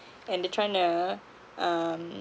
and they tryna um